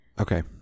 Okay